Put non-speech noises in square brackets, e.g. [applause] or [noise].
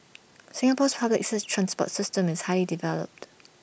[noise] Singapore's public's transport system is highly developed